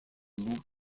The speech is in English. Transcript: loop